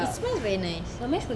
it smells very nice